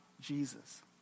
Jesus